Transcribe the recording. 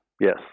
yes